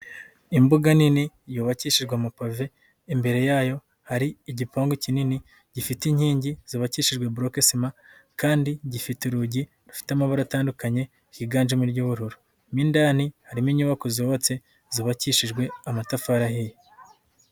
Imbuga nini yubakishijwe amapave, imbere yayo hari igipangu kinini gifite inkingi zubakishijwe buroke sima kandi gifite urugi rufite amabara atandukanye higanjemo iry'ubururu, mu indani harimo inyubako zubatse zubakishijwe amatafari ahiye.